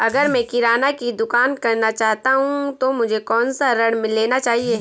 अगर मैं किराना की दुकान करना चाहता हूं तो मुझे कौनसा ऋण लेना चाहिए?